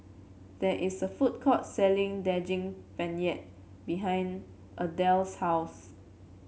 there is a food court selling Daging Penyet behind Ardelle's house